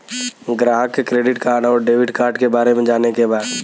ग्राहक के credit card और डेविड कार्ड के बारे में जाने के बा?